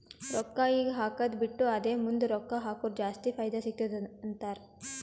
ರೊಕ್ಕಾ ಈಗ ಹಾಕ್ಕದು ಬಿಟ್ಟು ಅದೇ ಮುಂದ್ ರೊಕ್ಕಾ ಹಕುರ್ ಜಾಸ್ತಿ ಫೈದಾ ಸಿಗತ್ತುದ ಅಂತಾರ್